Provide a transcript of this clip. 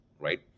right